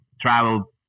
travel